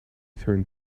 turned